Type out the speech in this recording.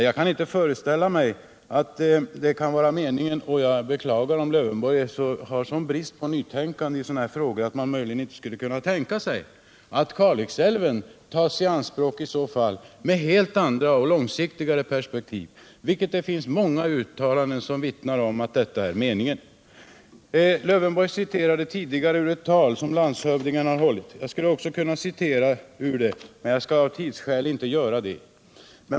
Jag kan inte föreställa mig att det kan vara meningen, och jag beklagar om herr Lövenborg har sådan brist på nytänkande i sådana här frågor att han inte skulle kunna tänka sig att Kalix älv i så fall tas i anspråk med helt andra och långsiktigare perspektiv. Det finns många uttalanden som vittnar om att detta är meningen. Herr Lövenborg citerade tidigare ur ett tal som landshövdingen har hållit. Jag skulle också kunna citera ur det men skall av tidsskäl inte göra detta.